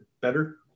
better